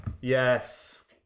Yes